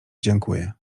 dziękuję